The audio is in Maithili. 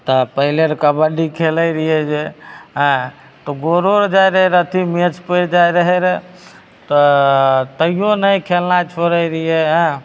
तऽ पहिलेआर कबड्डी खेलै रहिए जे एँ तऽ गोड़ोआर जाइ रहै अथी मेचि पड़ि जाइ रहै रऽ तऽ तैओ नहि खेलनाइ छोड़ै रहिए हेँ